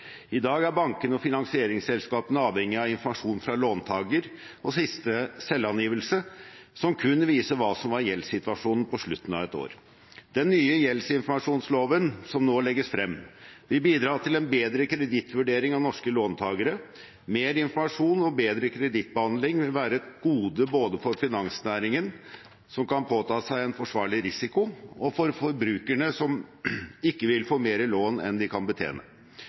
I dag er bankene og finansieringsselskapene avhengige av informasjon fra låntaker og siste selvangivelse, som kun viser hva som var gjeldssituasjonen på slutten av et år. Den nye gjeldsinformasjonsloven, som nå legges frem, vil bidra til en bedre kredittvurdering av norske låntakere. Mer informasjon og bedre kredittbehandling vil være et gode både for finansnæringen, som kan påta seg en forsvarlig risiko, og for forbrukerne, som ikke vil få mer lån enn de kan betjene.